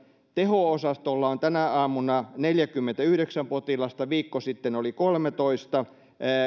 teho osastolla on tänä aamuna neljäkymmentäyhdeksän potilasta viikko sitten oli kolmetoista